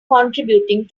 contributing